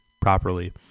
properly